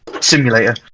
simulator